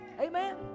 Amen